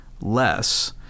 less